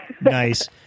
Nice